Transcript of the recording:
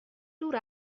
دور